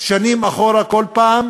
שנים אחורה כל פעם,